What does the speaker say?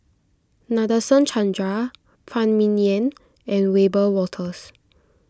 Nadasen Chandra Phan Ming Yen and Wiebe Wolters